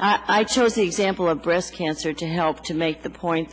i took the example of breast cancer to help to make the point